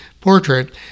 portrait